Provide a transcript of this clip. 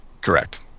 Correct